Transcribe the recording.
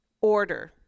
order